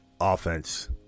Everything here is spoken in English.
offense